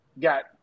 got